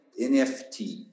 NFT